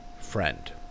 friend